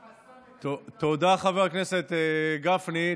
תודה, חבר הכנסת גפני.